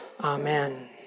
Amen